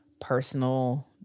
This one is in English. personal